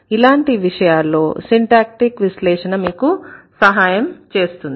ఇలాంటి విషయాల్లో సిన్టాక్టీక్ విశ్లేషణ మీకు సహాయం చేస్తుంది